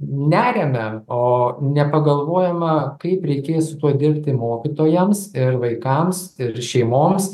neriame o nepagalvojama kaip reikės su tuo dirbti mokytojams ir vaikams ir šeimoms